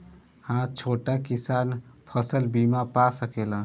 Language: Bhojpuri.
हा छोटा किसान फसल बीमा पा सकेला?